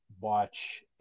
watch